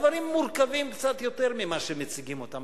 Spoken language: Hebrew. הדברים מורכבים קצת יותר ממה שמרכיבים אותם.